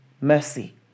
mercy